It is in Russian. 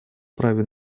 праве